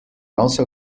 also